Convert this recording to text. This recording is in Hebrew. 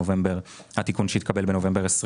התיקון התקבל בנובמבר 2021